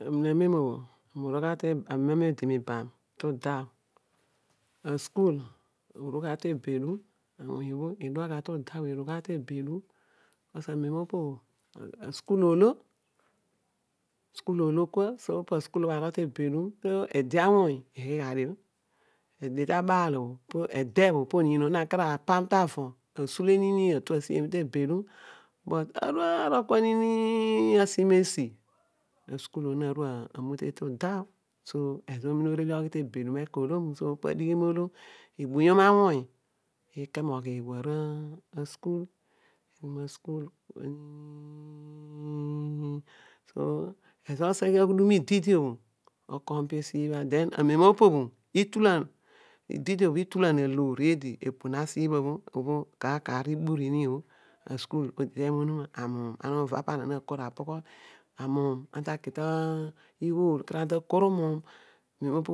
Ibel amen obho amen aami odi miibam tudua asukul urol gha te obedum awuny irol gha to obedum a sukul olo kua so po asukul bho arol ta obedum so ede awuny ighi gha dio adio ta abal po oniin obho akar apam oony ta avo nini atu asiemi ta obedumi arol kua nini asi masi asukul obho to aki tutu dua so ezo omina oghi to obedum olo omu ebuyom awuny ke moghi asukul asukul kua nini amem opo bho